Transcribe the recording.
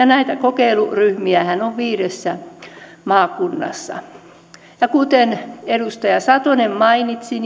näitä kokeiluryhmiähän on viidessä maakunnassa ja kuten edustaja satonen mainitsi